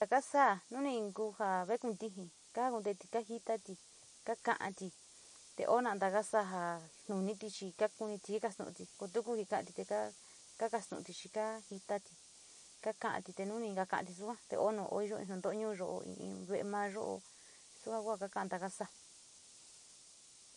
Taka sa´a nu ni ku ja vai kuntiji kagonteeti ka jitati kaka´ati te o naga sáá a nuni kiriti kakuniti kastu´uti ko tu ku ko ka´ati te ka kastu´uti chi kajikati, kaka´ati te nuni kakati sua o nu iyo, ni ntoño yo´o ko in ve´e mayo, sua kua ka kanta taa.